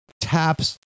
taps